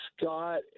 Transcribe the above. Scott